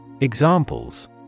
Examples